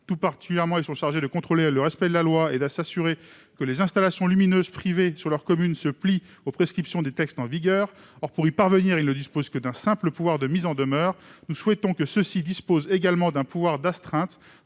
sont particulièrement chargés de contrôler le respect de la loi, et de s'assurer que les installations lumineuses privées installées sur leur commune se plient aux prescriptions des textes en vigueur. Or, pour y parvenir, ils ne disposent que d'un simple pouvoir de mise en demeure. Nous souhaitons leur confier un pouvoir d'ordonner